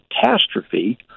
catastrophe